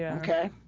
yeah okay